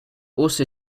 also